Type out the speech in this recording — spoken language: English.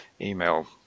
email